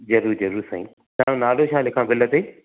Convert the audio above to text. ज़रूरु ज़रूरु साईं तव्हां जो नालो छा लिखां बिल ते